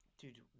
Dude